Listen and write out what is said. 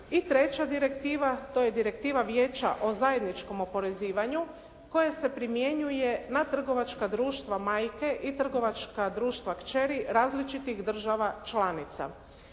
I treća direktiva, to je Direktiva Vijeća o zajedničkom oporezivanju koja se primjenjuje na trgovačka društva "Majke" i trgovačka društva "Kćeri" različitih država članica.